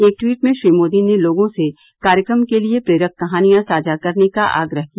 एक ट्वीट में श्री मोदी ने लोगों से कार्यक्रम के लिए प्रेरक कहानियां साझा करने का आग्रह किया